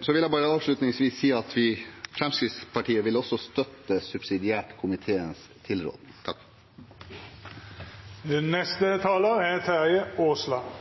Så vil jeg avslutningsvis si at vi i Fremskrittspartiet subsidiært vil støtte komiteens tilråding. Jeg har lyst til å starte med å si at jeg synes dette er